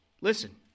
Listen